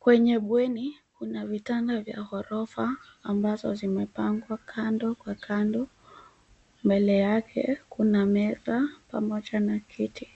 Kwenye bweni kuna vitanda vya ghorofa ambazo zimepangwa kando kwa kando. Mbele yake kuna meza pamoja na kiti.